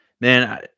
Man